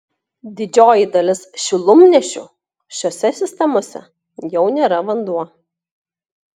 didžioji dalis šilumnešių šiose sistemose jau nėra vanduo